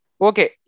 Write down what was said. Okay